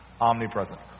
Omnipresent